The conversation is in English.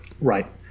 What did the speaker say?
right